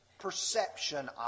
perception